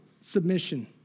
submission